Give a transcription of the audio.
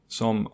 som